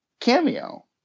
cameo